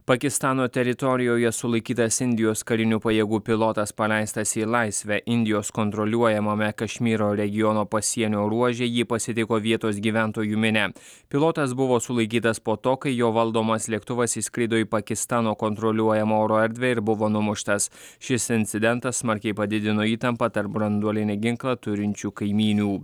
pakistano teritorijoje sulaikytas indijos karinių pajėgų pilotas paleistas į laisvę indijos kontroliuojamame kašmyro regiono pasienio ruože jį pasitiko vietos gyventojų minia pilotas buvo sulaikytas po to kai jo valdomas lėktuvas įskrido į pakistano kontroliuojamą oro erdvę ir buvo numuštas šis incidentas smarkiai padidino įtampą tarp branduolinį ginklą turinčių kaimynių